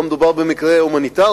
פה מדובר בכלל במקרה הומניטרי.